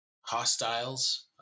hostiles